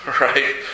right